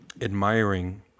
admiring